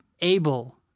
able